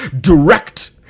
direct